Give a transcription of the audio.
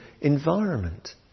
environment